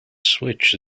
switch